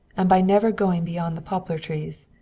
and by never going beyond the poplar trees.